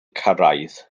cyrraedd